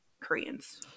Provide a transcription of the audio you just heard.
Koreans